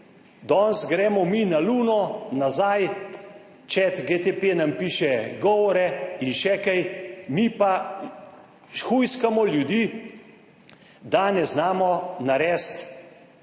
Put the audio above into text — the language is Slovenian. Danes gremo mi na Luno nazaj, chat GTP nam piše govore in še kaj, mi pa hujskamo ljudi, da ne znamo narediti